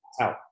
out